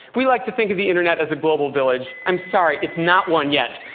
we like to think of the internet as a global village. i'm sorry it's not one yet.